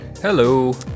Hello